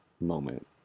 moment